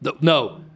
No